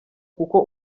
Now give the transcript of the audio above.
kuko